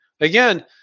Again